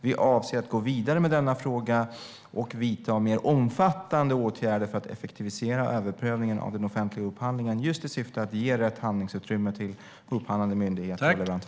Vi avser att gå vidare med denna fråga och vidta mer omfattande åtgärder för att effektivisera överprövningen av den offentliga upphandlingen just i syfte att ge rätt handlingsutrymme till upphandlande myndigheter och leverantörer.